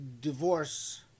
divorce